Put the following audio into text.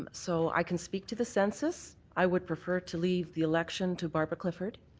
and so i can speak to the census. i would prefer to leave the election to barbara clifford.